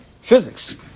physics